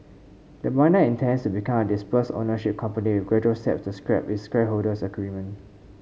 the miner intends to become a dispersed ownership company with gradual steps to scrap its shareholders agreement